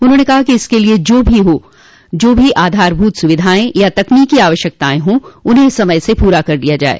उन्होंने कहा कि इसके लिये जो भी आधारभूत सुविधाएं या तकनीकी आवश्यकताएं हो उन्हें समय से पूरा कर लिया जाये